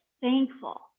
thankful